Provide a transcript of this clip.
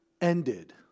ended